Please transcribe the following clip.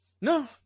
No